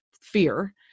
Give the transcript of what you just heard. fear